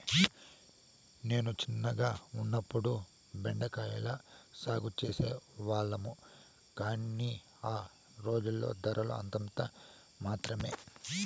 నేను చిన్నగా ఉన్నప్పుడు బెండ కాయల సాగు చేసే వాళ్లము, కానీ ఆ రోజుల్లో ధరలు అంతంత మాత్రమె